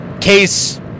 case